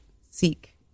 seek